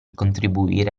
contribuire